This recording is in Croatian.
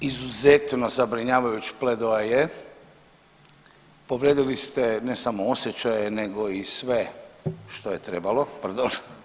Izuzetno zabrinjavajuć predoaje, povrijedili ste, ne samo osjećaje nego i sve što je trebalo, pardon.